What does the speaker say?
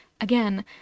Again